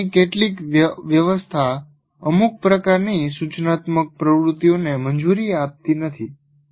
ફર્નિચરની કેટલીક વ્યવસ્થા અમુક પ્રકારની સૂચનાત્મક પ્રવૃત્તિઓને મંજૂરી આપતી નથી